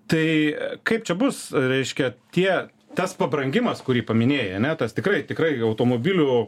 tai kaip čia bus reiškia tie tas pabrangimas kurį paminėjai ane tas tikrai tikrai automobilių